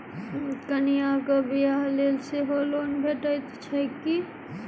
कन्याक बियाह लेल सेहो लोन भेटैत छैक की?